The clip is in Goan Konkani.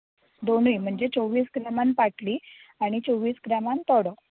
दोनूय म्हणचे चोवीस ग्रामान पाटली आनी आनी चोवीस ग्रामान तोडो